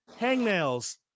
hangnails